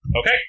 Okay